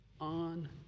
on